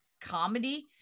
comedy